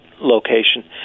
location